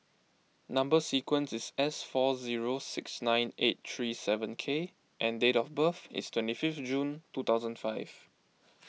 Number Sequence is S four zero six nine eight three seven K and date of birth is twenty five June two thousand five